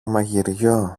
μαγειριό